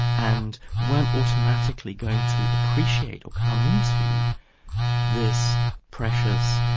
and weren't automatically going to appreciate or come into this precious,